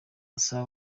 asaba